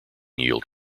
yield